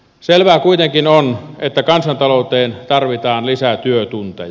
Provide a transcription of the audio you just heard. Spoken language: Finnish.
selvää kuitenkin on että kansantalouteen tarvitaan lisää työtunteja